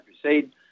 Crusade